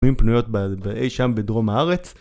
פנויים-פנויות באי שם בדרום הארץ.